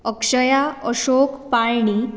Akshaya Ashok Palni